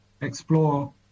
explore